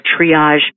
triage